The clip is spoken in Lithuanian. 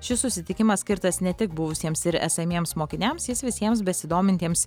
šis susitikimas skirtas ne tik buvusiems ir esamiems mokiniams jis visiems besidomintiems